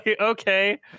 okay